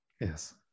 yes